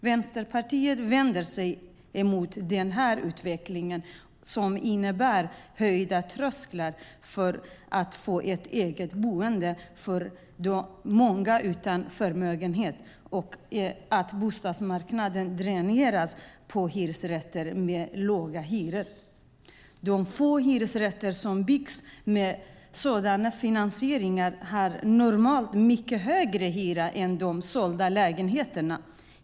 Vänsterpartiet vänder sig emot den här utvecklingen som innebär höjda trösklar för att få ett eget boende för många utan förmögenhet och att bostadsmarknaden dräneras på hyresrätter med låga hyror. De få hyresrätter som byggs med sådan finansiering har normalt mycket högre hyra än de sålda lägenheterna.